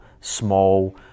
small